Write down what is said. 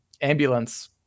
ambulance